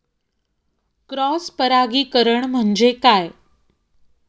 Cross परागीकरण म्हणजे काय?